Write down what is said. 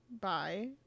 bye